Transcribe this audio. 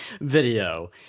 video